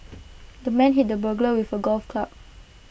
the man hit the burglar with A golf club